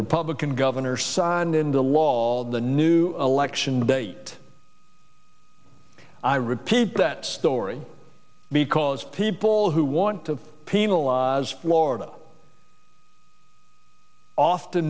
republican governor signed into law the new election date i repeat that story because people who want to penalize florida